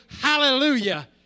Hallelujah